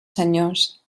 senyors